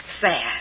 Sad